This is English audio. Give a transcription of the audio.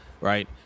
right